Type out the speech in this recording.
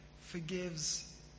forgives